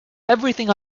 everything